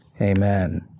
amen